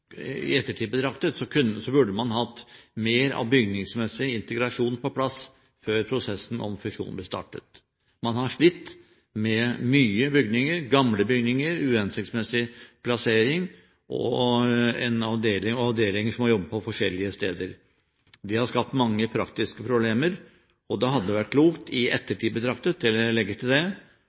i ettertid betraktet, burde hatt mer av bygningsmessig integrasjon på plass før prosessen om fusjon ble startet. Man har slitt med mange gamle bygninger, uhensiktsmessig plassering og avdelinger som har jobbet på forskjellige steder. Det har skapt mange praktiske problemer. Det hadde vært klokt – i ettertid betraktet, jeg legger til det